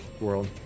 world